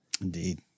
Indeed